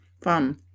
fun